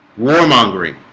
war mongering